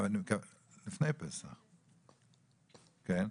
לפני פסח, כן?